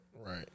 Right